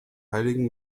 heiligen